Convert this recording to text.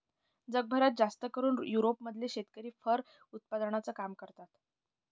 जगभरात जास्तकरून युरोप मधले शेतकरी फर उत्पादनाचं काम करतात